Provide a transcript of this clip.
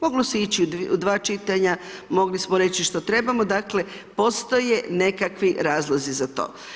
Moglo se ići u dva čitanja, mogli smo reći što trebamo, dakle postoje nekakvi razlozi za to.